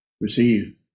receive